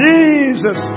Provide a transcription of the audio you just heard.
Jesus